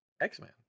X-Men